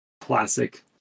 Classic